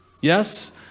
Yes